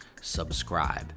subscribe